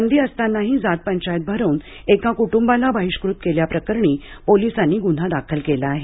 बंदी असतानाही जात पंचायत भरवून एका कुटुंबाला बहिष्कृत केल्याप्रकरणी पोलिसांनी गुन्हा दाखल केला आहे